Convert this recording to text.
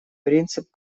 принцип